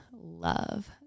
love